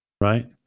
right